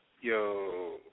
Yo